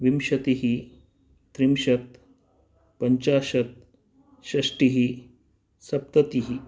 विंशतिः त्रिंशत् पञ्चाशत् षष्टिः सप्ततिः